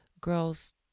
girls